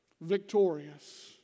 victorious